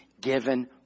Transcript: given